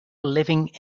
living